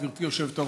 גברתי היושבת-ראש,